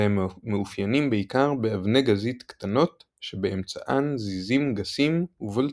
והם מאופיינים בעיקר באבני גזית קטנות שבאמצען זיזים גסים ובולטים.